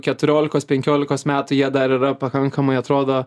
keturiolikos penkiolikos metų jie dar yra pakankamai atrodo